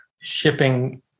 shipping